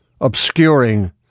obscuring